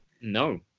no